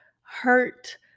hurt